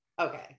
okay